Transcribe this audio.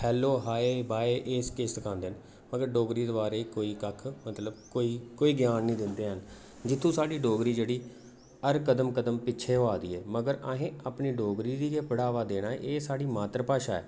hello hi bye एह् किश सखांदे न मगर डोगरी दे बारे च कोई कक्ख मतलब कोई कोई ज्ञान निं दिंदे है'न जित्थुू साढ़ी डोगरी जेह्ड़ी हर कदम कदम पिच्छें होआ दी ऐ मगर असें अपनी डोगरी गी गै बढ़ावा देना ऐ एह् साढ़ी मात्तर भाशा ऐ